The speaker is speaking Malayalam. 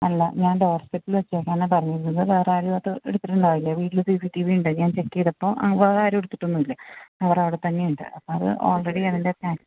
അല്ല ഞാൻ ഡോർപിറ്റിൽ വെച്ചേക്കാനാണ് പറഞ്ഞിരുന്നത് വേറെ ആരും അത് എടുത്തിട്ടുണ്ടാകില്ല വീട്ടിൽ സി സി ടി വി ഉണ്ട് ഞാൻ ചെക്ക് ചെയ്തപ്പോൾ വേറെ ആരും എടുത്തിട്ടൊന്നും ഇല്ല കവറവിടെ തന്നെ ഉണ്ട് അപ്പം അത് ഓൾറെഡി അതിൻ്റെ സ്കാനിങ്ങ്